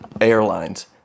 Airlines